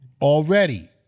already